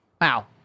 Wow